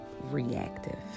reactive